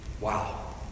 Wow